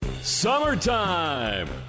Summertime